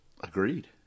Agreed